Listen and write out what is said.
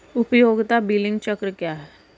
उपयोगिता बिलिंग चक्र क्या है?